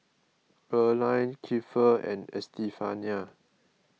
Earline Kiefer and Estefania